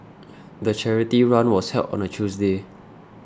the charity run was held on a Tuesday